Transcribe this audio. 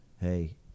Hey